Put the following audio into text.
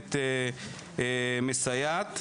ובאמת מסייעת,